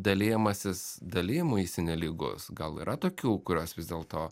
dalijamasis dalijimuisi nelygus gal yra tokių kurios vis dėlto